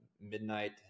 midnight